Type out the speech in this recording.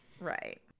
right